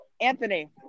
Anthony